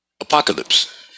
Apocalypse